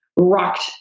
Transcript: rocked